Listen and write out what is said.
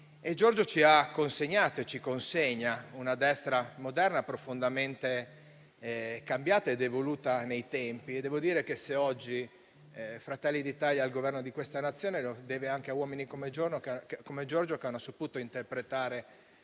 Giorgio ci ha consegnato e ci consegna una destra moderna, profondamente cambiata ed evoluta nei tempi; devo dire che, se oggi Fratelli d'Italia è al Governo della Nazione, lo si deve anche a uomini come Giorgio, che hanno saputo interpretare